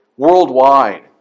Worldwide